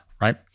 Right